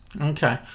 Okay